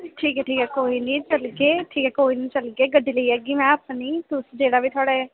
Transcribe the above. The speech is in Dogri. ठीक ऐ ठीक ऐ कोई निं चलगे ठीक ऐ चलगे गड्डी लेई जाह्गे अपनी तुस जेह्ड़ा बी थुआढ़े